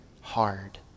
hard